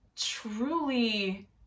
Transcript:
truly